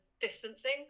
distancing